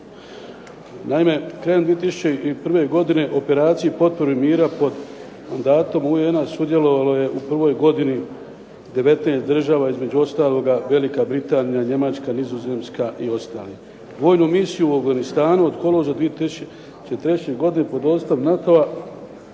Naime, krajem 2001. godine u operaciji potpori mira pod mandatom UN-a sudjelovalo je u prvoj godini 19 država, između ostaloga Velika Britanija, Njemačka, Nizozemska i ostali. Vojnu misiju u Afganistanu od kolovoza 2003. godine pod vodstvom NATO-a